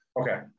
Okay